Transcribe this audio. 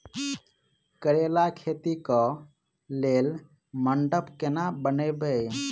करेला खेती कऽ लेल मंडप केना बनैबे?